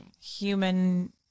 human